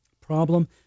Problem